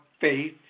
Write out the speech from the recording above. faith